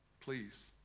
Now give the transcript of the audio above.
Please